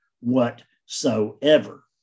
whatsoever